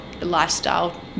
lifestyle